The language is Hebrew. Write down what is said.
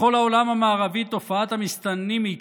בכל העולם המערבי תופעת המסתננים היא